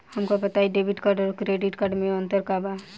हमका बताई debit card और क्रेडिट कार्ड में का अंतर बा?